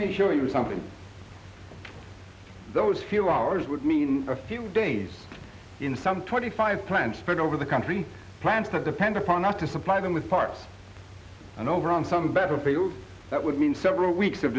me show you something those few hours would mean a few days in some twenty five plants spread over the country plants to depend upon not to supply them with parts and over on some battlefield that would mean several weeks of